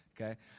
okay